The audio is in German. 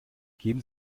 geben